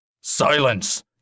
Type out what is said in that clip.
Silence